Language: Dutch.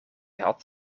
had